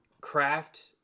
craft